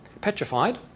Petrified